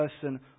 person